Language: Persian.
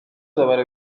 دوباره